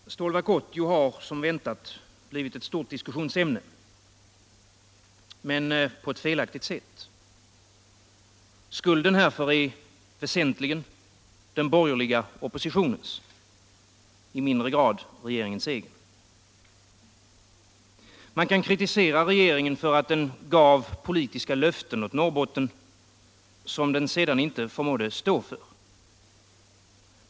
Herr talman! Stålverk 80 har — som väntat — blivit ett stort diskussionsämne. Men på ett felaktigt sätt. Skulden härför är väsentligen den borgerliga oppositionens, i mindre grad regeringens egen. Man kan kritisera regeringen för att den gav politiska löften åt Norrbotten, vilka den sedan inte förmådde stå för.